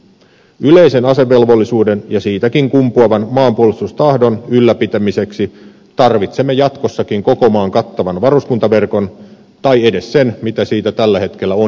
yleisen asevelvollisuuden ja siitäkin kumpuavan maanpuolustustahdon ylläpitämiseksi tarvitsemme jatkossakin koko maan kattavan varuskuntaverkon tai edes sen mitä siitä tällä hetkellä on jäljellä